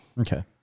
Okay